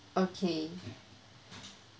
okay